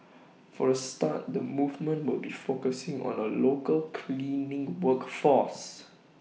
for A start the movement will be focusing on the local cleaning work force